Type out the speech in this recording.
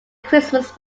christmas